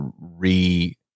re